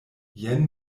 jen